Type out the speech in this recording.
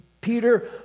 Peter